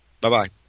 Bye-bye